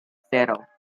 cero